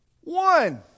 one